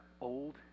old